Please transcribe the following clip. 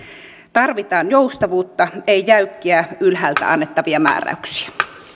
tarvitaan joustavuutta ei jäykkiä ylhäältä annettavia määräyksiä